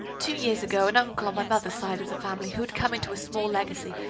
two years ago an uncle on my mother's side of the family, who had come into a small legacy,